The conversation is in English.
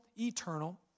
eternal